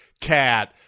cat